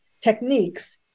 techniques